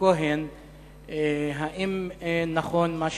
האם נכון מה שפורסם,